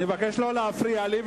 הסתייגות 1. אני מבקש לא להפריע לי,